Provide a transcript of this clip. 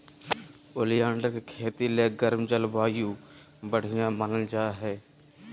oleander के खेती ले गर्म जलवायु बढ़िया मानल जा हय